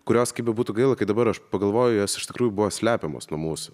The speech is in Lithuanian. kurios kaip bebūtų gaila kai dabar aš pagalvoju jos iš tikrųjų buvo slepiamos nuo mūsų